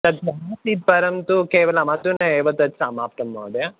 तद्भवति परन्तु केवलमधुना एव तत् समाप्तं महोदय